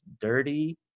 dirty